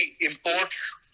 imports